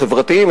החברתיים,